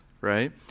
right